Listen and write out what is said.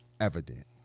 evident